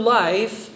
life